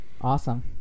Awesome